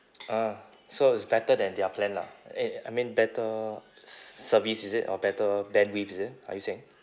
ah so it's better than their plan lah eh I mean better s~ service is it or better bandwidth is it are you saying